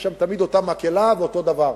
יש שם תמיד אותה מקהלה ואותו דבר.